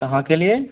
कहाँ के लिए